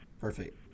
Perfect